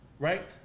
Right